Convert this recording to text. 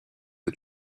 the